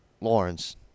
Lawrence